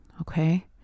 okay